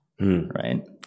right